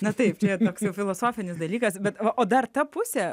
na taip čia toks jau filosofinis dalykas bet va o dar ta pusė